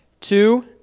two